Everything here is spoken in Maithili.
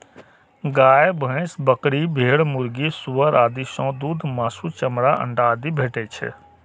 गाय, भैंस, बकरी, भेड़, मुर्गी, सुअर आदि सं दूध, मासु, चमड़ा, अंडा आदि भेटै छै